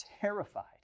terrified